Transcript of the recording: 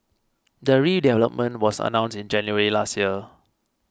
the redevelopment was announced in January last year